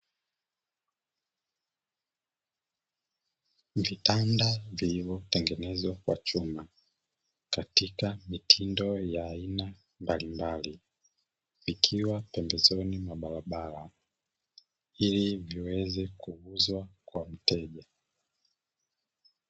Vitanda vilivyotengenezwa kwa chuma katika mitindo ya aina mbalimbali, ikiwa pembezoni mwa barabara ili viweze kuuzwa kwa mteja.